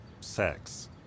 sex